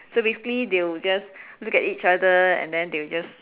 so basically they will just look at each other and then they will just